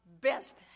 best